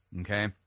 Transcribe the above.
okay